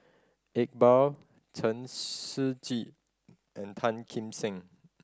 Iqbal Chen Shiji and Tan Kim Seng